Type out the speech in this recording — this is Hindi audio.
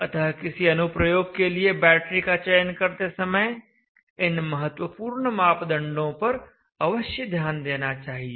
अतः किसी अनुप्रयोग के लिए बैटरी का चयन करते समय इन महत्वपूर्ण मापदंडों पर अवश्य ध्यान देना चाहिए